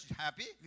happy